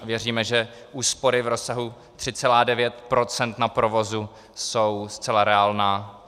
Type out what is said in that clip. Věříme, že úspory v rozsahu 3,9 % na provozu jsou zcela reálné.